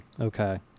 Okay